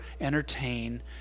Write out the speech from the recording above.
entertain